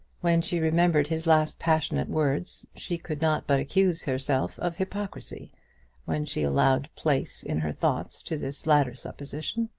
when she remembered his last passionate words, she could not but accuse herself of hypocrisy when she allowed place in her thoughts to this latter supposition.